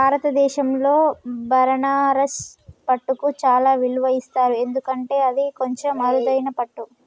భారతదేశంలో బనారస్ పట్టుకు చాలా విలువ ఇస్తారు ఎందుకంటే అది కొంచెం అరుదైన పట్టు